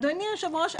אדוני היושב-ראש,